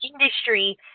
industry